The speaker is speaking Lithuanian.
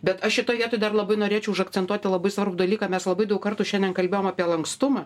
bet aš šitoj vietoj dar labai norėčiau užakcentuoti labai svarbų dalyką mes labai daug kartų šiandien kalbėjom apie lankstumą